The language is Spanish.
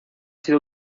sido